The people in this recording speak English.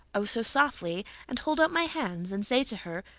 oh, so softly, and hold out my hands and say to her,